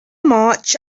march